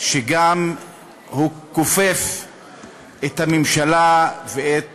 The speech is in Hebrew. שגם הוא כופף את הממשלה ואת